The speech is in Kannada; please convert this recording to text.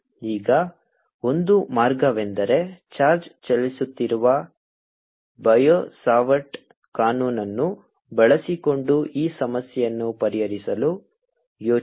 ಈಗ ಒಂದು ಮಾರ್ಗವೆಂದರೆ ಚಾರ್ಜ್ ಚಲಿಸುತ್ತಿರುವ ಬಯೋಸಾವರ್ಟ್ ಕಾನೂನನ್ನು ಬಳಸಿಕೊಂಡು ಈ ಸಮಸ್ಯೆಯನ್ನು ಪರಿಹರಿಸಲು ಯೋಚಿಸಿ